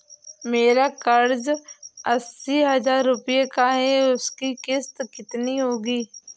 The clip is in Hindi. मेरा कर्ज अस्सी हज़ार रुपये का है उसकी किश्त कितनी होगी?